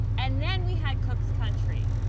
and then we had cooks country.